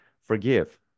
forgive